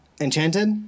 Enchanted